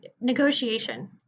negotiation